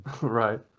right